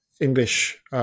English